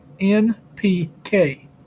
NPK